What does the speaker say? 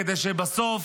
כדי שבסוף